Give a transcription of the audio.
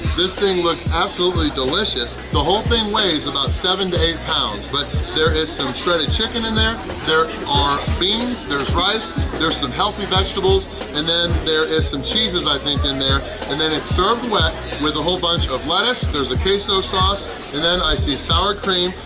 this thing looks absolutely delicious! the whole thing weighs about seven to eight pounds but there is some shredded chicken in there there are beans there's rice there's some healthy vegetables and then there is some cheese's i think in there and then it's served wet with a whole bunch of lettuce there's a queso so sauce and then i see sour cream,